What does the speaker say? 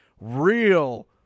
real